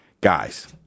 Guys